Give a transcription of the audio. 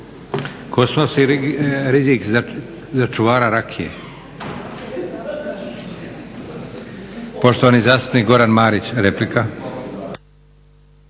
Postoji rizik za čuvara rakije. Poštovani zastupnik Goran Marić, replika.